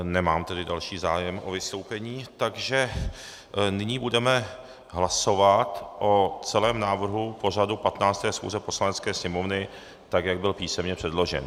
Nemám tady další zájem o vystoupení, takže nyní budeme hlasovat o celém návrhu pořadu 15. schůze Poslanecké sněmovny, tak jak byl písemně předložen.